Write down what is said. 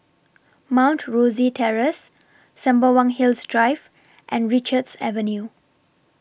Mount Rosie Terrace Sembawang Hills Drive and Richards Avenue